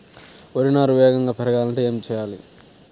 వరి నారు వేగంగా పెరగాలంటే ఏమి చెయ్యాలి?